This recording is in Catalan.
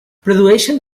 produeixen